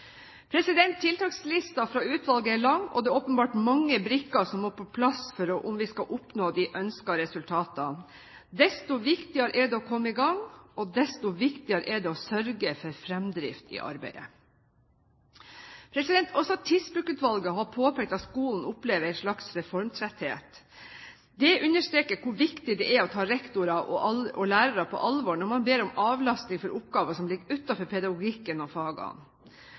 fra utvalget er lang, og det er åpenbart mange brikker som må på plass om vi kan oppnå de ønskede resultatene. Desto viktigere er det å komme i gang, og desto viktigere er det å sørge for fremdrift i arbeidet. Også Tidsbrukutvalget har påpekt at skolen opplever en slags reformtretthet. Det understreker hvor viktig det er å ta rektorer og lærere på alvor når man ber om avlastning for oppgaver som ligger utenfor pedagogikken og fagene.